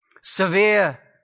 Severe